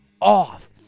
off